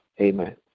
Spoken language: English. Amen